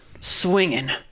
swinging